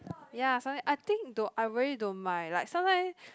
ya sometime I think do~ I really don't mind like sometime